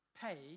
pay